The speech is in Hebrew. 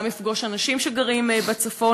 גם לפגוש אנשים שגרים בצפון,